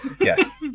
Yes